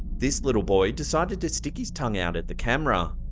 this little boy decided to stick his tongue out at the camera,